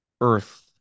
earth